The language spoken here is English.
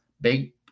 big